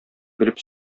белеп